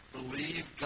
Believe